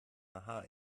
aha